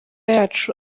yacu